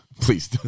Please